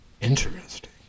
Interesting